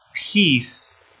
peace